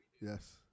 yes